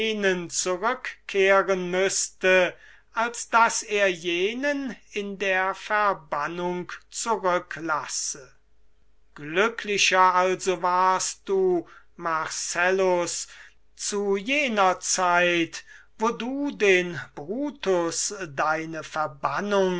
zurückkehren müßte als daß er jenen in der verbannung zurücklasse glücklicher also warst du marcellus zu jener zeit wo du den brutus deine verbannung